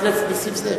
חבר הכנסת נסים זאב,